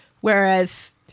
Whereas